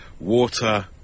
Water